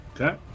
Okay